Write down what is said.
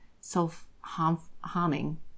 self-harming